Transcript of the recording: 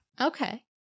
Okay